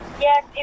Yes